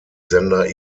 sender